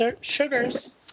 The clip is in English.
Sugars